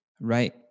Right